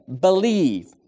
believe